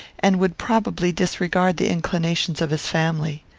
and would probably disregard the inclinations of his family.